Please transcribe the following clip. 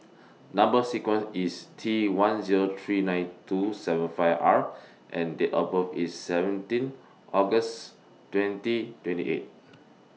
Number sequence IS T one Zero three nine two seven five R and Date of birth IS seventeen August twenty twenty eight